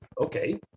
okay